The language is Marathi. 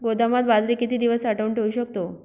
गोदामात बाजरी किती दिवस साठवून ठेवू शकतो?